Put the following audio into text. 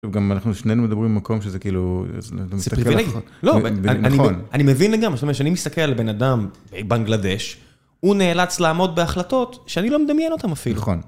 גם אנחנו שנינו מדברים במקום שזה כאילו, אתה מסתכל, נכון. אני מבין לגמרי, זאת אומרת שאני מסתכל על בן אדם בנגלדש, הוא נאלץ לעמוד בהחלטות שאני לא מדמיין אותן אפילו.